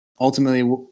ultimately